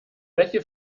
welche